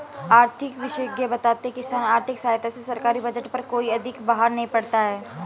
आर्थिक विशेषज्ञ बताते हैं किसान आर्थिक सहायता से सरकारी बजट पर कोई अधिक बाहर नहीं पड़ता है